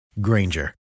Granger